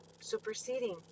superseding